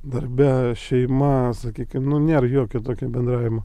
darbe šeima sakykim nu nėra jokio tokio bendravimo